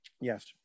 yes